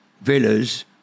villas